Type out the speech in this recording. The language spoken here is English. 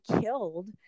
killed